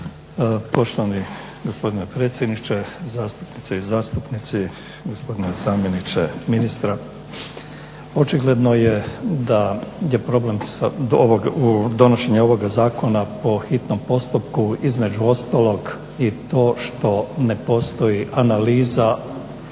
Poštovani gospodine predsjedniče, zastupnice i zastupnici, gospodine zamjeniče ministra. Očigledno da je problem donošenje ovoga zakona po hitnom postupku između ostalog i to što ne postoji analiza